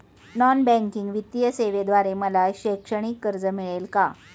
Non banking वित्तीय सेवेद्वारे मला शैक्षणिक कर्ज मिळेल का?